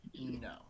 no